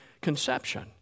conception